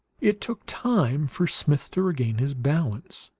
it took time for smith to regain his balance.